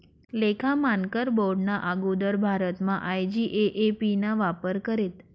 लेखा मानकर बोर्डना आगुदर भारतमा आय.जी.ए.ए.पी ना वापर करेत